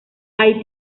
hay